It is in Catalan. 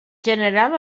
general